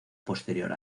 posterior